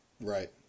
Right